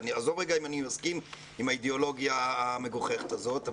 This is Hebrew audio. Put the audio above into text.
עזוב רגע אם אני מסכים עם האידיאולוגיה המגוחכת הזאת,